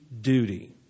duty